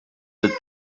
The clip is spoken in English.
the